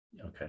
Okay